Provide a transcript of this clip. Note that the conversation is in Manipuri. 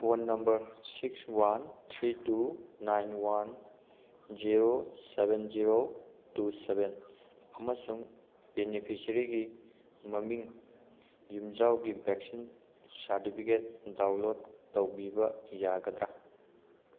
phone number six one three two nine one zero seven zero two seven ꯑꯃꯁꯨꯡ ꯕꯦꯅꯤꯐꯤꯁꯔꯤꯒꯤ ꯃꯃꯤꯡ ꯌꯨꯝꯖꯥꯎꯒꯤ ꯕꯦꯛꯁꯤꯟ ꯁꯥꯔꯇꯤꯐꯤꯀꯦꯠ ꯗꯥꯎꯟꯂꯣꯗ ꯇꯧꯕꯤꯕ ꯌꯥꯒꯗ꯭ꯔꯥ